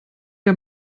der